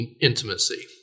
intimacy